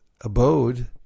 abode